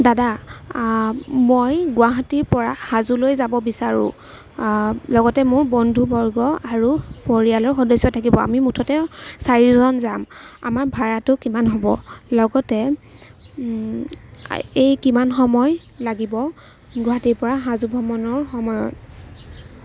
দাদা মই গুৱাহাটীৰ পৰা হাজোলৈ যাব বিচাৰোঁ লগতে মোৰ বন্ধুবৰ্গ আৰু পৰিয়ালৰ সদস্য থাকিব আমি মুঠতে চাৰিজন যাম আমাৰ ভাড়াটো কিমান হ'ব লগতে এই কিমান সময় লাগিব গুৱাহাটীৰ পৰা হাজো ভ্ৰমণৰ সময়ত